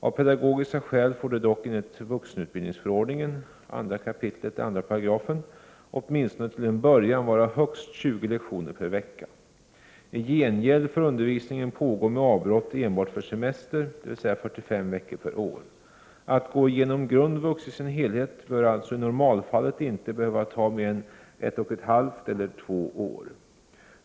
Av pedagogiska skäl får det dock enligt vuxenutbildningsförordningen 2 kap. 2 §, åtminstone till en början, vara högst 20 lektioner per vecka. I gengäld får undervisningen pågå med avbrott enbart för semester, dvs. 45 veckor per år. Att gå igenom grundvux i sin helhet bör alltså i normalfallet inte behöva ta mer än ett och halvt eller två år.